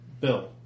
Bill